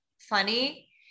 funny